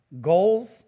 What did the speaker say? Goals